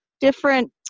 Different